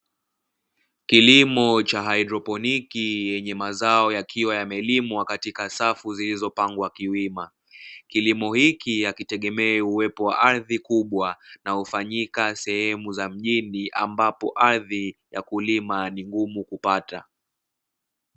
Kilimo cha haidroponiki yenye mazao yakiwa yamelimwa katika safu zilizopangwa kiwima. kilimo hiki hakitegemei uwepo wa ardhi kubwa na hufanyika sehemu za mjini ambapo ardhi ya kulima ni ngumu kupata.